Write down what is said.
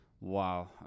Wow